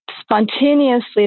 spontaneously